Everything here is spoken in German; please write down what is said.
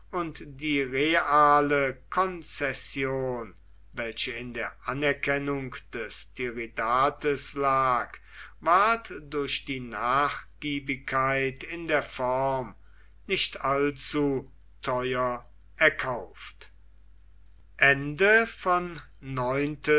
die reale konzession welche in der anerkennung des tiridates lag ward durch die nachgiebigkeit in der form nicht allzu teuer erkauft